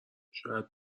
شاید